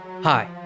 Hi